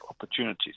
opportunities